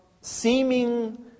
seeming